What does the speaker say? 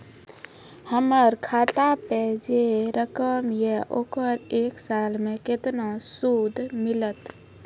हमर खाता पे जे रकम या ओकर एक साल मे केतना सूद मिलत?